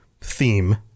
theme